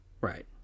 Right